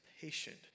patient